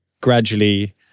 gradually